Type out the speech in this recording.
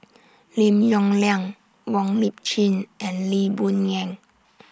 Lim Yong Liang Wong Lip Chin and Lee Boon Ngan